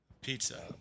Pizza